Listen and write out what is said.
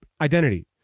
identity